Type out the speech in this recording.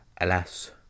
alas